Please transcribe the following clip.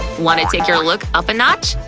wanna take your look up a notch?